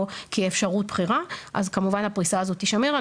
או כאפשרות בחירה אז כמובן הפריסה הזאת תשמר.